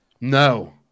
no